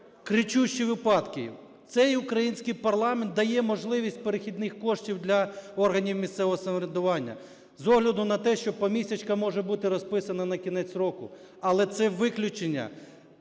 кричущі випадки. Цей український парламент дає можливість перехідних коштів для органів місцевого самоврядування з огляду на те, що помісячка може бути розписана на кінець року, але це виключення.